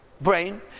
brain